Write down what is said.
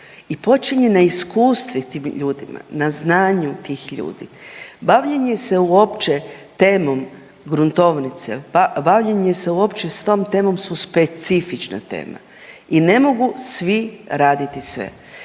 i počiva na iskustvu tim ljudima, na znanju tih ljudi. Bave li se uopće temom gruntovnice, bavljenje se uopće sa tom temom su specifična tema i ne mogu svi raditi sve.